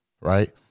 right